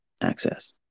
access